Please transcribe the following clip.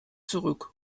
zurück